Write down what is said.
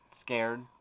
scared